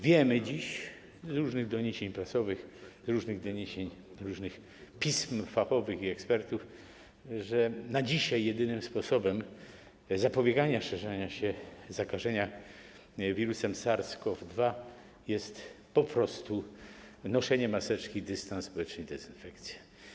Wiemy dziś z różnych doniesień prasowych, różnych doniesień, pism fachowych i od ekspertów, że na dzisiaj jedynym sposobem zapobiegania szerzenia się zakażenia wirusem SARS-CoV-2 jest po prostu noszenie maseczki, dystans społeczny i dezynfekcja.